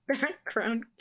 background